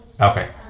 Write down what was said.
Okay